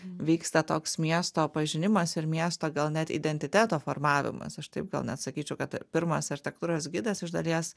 vyksta toks miesto pažinimas ir miesto gal net identiteto formavimas aš taip gal net sakyčiau kad pirmas architektūros gidas iš dalies